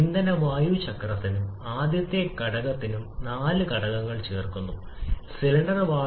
അതേസമയം വാതക ഘടനയിലെ മാറ്റം രാസവസ്തുവിനെ ബാധിക്കും ഇതിന്റെ സവിശേഷതകൾ